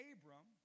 Abram